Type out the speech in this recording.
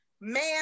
man